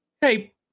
Hey